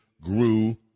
grew